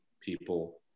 people